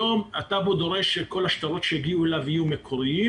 היום הטאבו דורש שכל השטרות שיגיעו אליו יהיו מקוריים